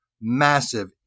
massive